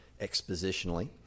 expositionally